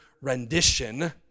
rendition